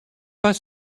pas